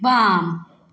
बाम